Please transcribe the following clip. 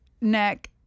neck